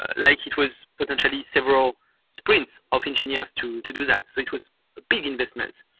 ah like it was potentially several sprints of engineers to to do that. so it was a big investment.